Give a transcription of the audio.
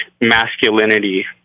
masculinity